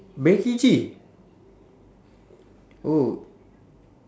becky G oh